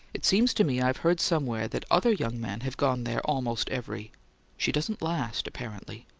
it seems to me i've heard somewhere that other young men have gone there almost every she doesn't last, apparently.